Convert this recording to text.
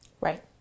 Right